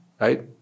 right